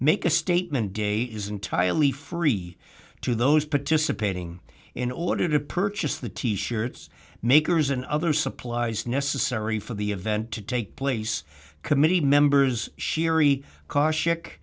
make a statement day is entirely free to those participating in order to purchase the t shirts makers and other supplies necessary for the event to take place committee members shiri car scheck